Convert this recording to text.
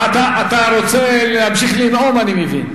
אתה רוצה להמשיך לנאום, אני מבין.